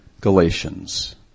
Galatians